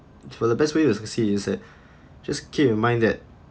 for the best way to succeed is that just keep in mind that